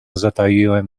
zataiłem